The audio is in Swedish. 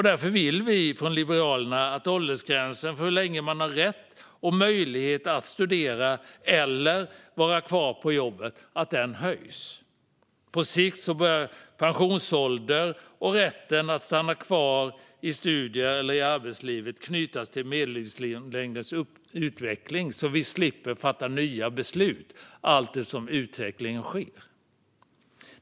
Därför vill vi i Liberalerna att åldersgränsen för hur länge man har rätt och möjlighet att studera eller vara kvar på jobbet ska höjas. På sikt bör pensionsåldern och rätten att stanna kvar i studier eller i arbetslivet knytas till medellivslängdens utveckling så att vi slipper fatta nya beslut allteftersom utvecklingen sker.